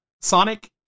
Sonic